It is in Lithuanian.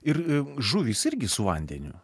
ir žuvys irgi su vandeniu